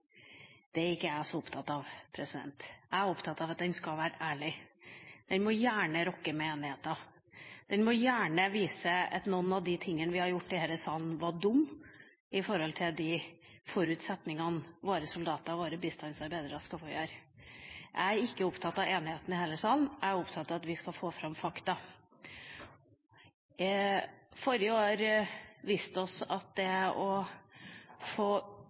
Det er ikke jeg så opptatt av. Jeg er opptatt av at den skal være ærlig. Den må gjerne rokke ved enigheten. Den må gjerne vise at noe av det vi har gjort i denne salen, var dumt i forhold til de forutsetningene våre soldater og våre bistandsarbeidere skal få. Jeg er ikke opptatt av enigheten i denne salen, jeg er opptatt av at vi skal få fram fakta. Forrige år viste oss at det å få